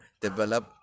develop